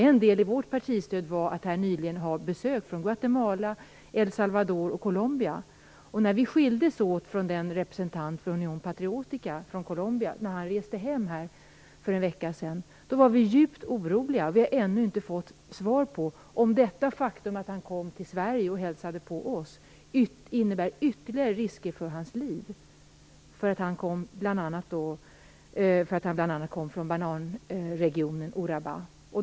En del i vårt partistöd var att nyligen ha besök från Guatemala, El Salvador och Colombia. När vi skildes från representanten från Unión Patriotica från Colombia och han reste hem för en vecka sedan var vi djupt oroliga. Vi har ännu inte fått svar på om det faktum att han kom till Sverige och hälsade på oss innebär ytterligare risker för hans liv. Han kom ju från bananregionen Urabá.